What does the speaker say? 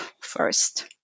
first